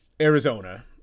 Arizona